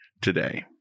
today